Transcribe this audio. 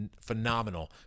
phenomenal